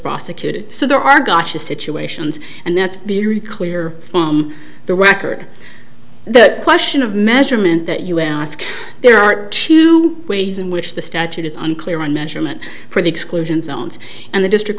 prosecuted so there are gotcha situations and that's beary clear from the record the question of measurement that us ask there are two ways in which the statute is unclear on measurement for the exclusion zones and the district